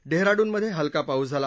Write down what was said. डेहराडूनमध्ये हलका पाऊस झाला